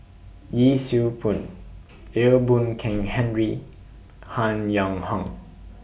Yee Siew Pun Ee Boon Kong Henry Han Yong Hong